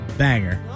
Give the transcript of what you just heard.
banger